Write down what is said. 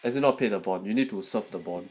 as in not paid about you need to serve the bond